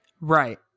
Right